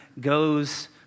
goes